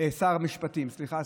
סליחה,